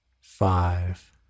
five